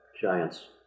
Giants